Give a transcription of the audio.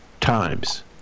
times